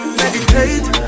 meditate